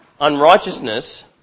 Unrighteousness